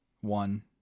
one